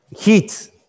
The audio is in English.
heat